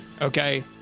Okay